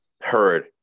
heard